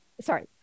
sorry